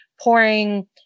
pouring